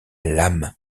l’âme